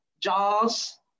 Jaws